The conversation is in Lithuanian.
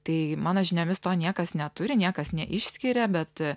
tai mano žiniomis to niekas neturi niekas neišskiria bet